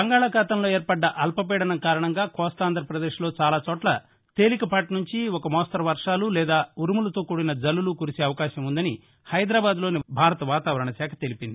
బంగాళాఖాతంలో ఏర్పడ్డ అల్పపీదనం కారణంగా కోస్తాంధ్రపదేశ్లో చాలా చోట్ల తేలికపాటి నుంచి ఒక మోస్తరు వర్వాలు లేదా ఉరుములతో కూడిన జల్లులు కురిసే అవకాశం వుందని హైదరాబాద్లోని భారత వాతావరణశాఖ తెలిపింది